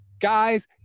Guys